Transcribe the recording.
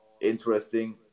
interesting